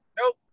nope